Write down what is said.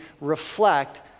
reflect